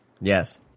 yes